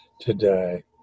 today